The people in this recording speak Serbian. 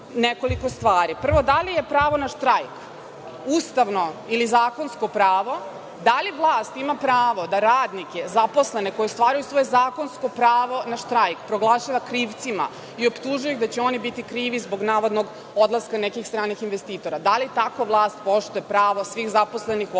da li je pravo na štrajk ustavno ili zakonsko pravo. Da li vlast ima pravo da radnike, zaposlene koji ostvaruju svoje zakonsko pravo na štrajk proglašava krivcima i optužuje ih da će oni biti krivi zbog navodnog odlaska nekih stranih investitora. Da li tako vlast poštuje pravo svih zaposlenih u